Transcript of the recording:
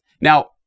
now